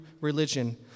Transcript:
religion